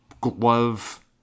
glove